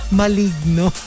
maligno